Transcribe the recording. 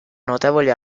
notevoli